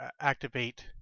activate